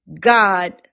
God